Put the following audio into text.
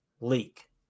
leak